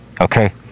okay